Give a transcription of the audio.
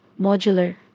modular